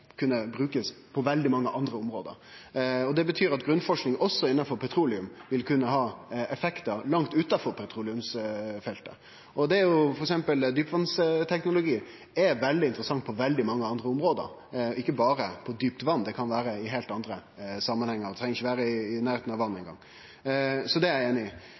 kunne bli brukt på veldig mange andre område. Det betyr at grunnforsking, også innanfor petroleum, vil kunne ha effekt langt utanfor petroleumsfeltet. For eksempel er djupvatnsteknologi veldig interessant på veldig mange andre område, ikkje berre på djupt vatn. Det kan vere i heilt andre samanhengar, det treng ikkje vere i nærleiken av vatn eingong. Så det er eg einig i.